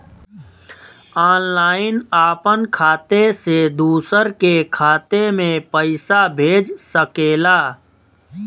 online आपन खाते से दूसर के खाते मे पइसा भेज सकेला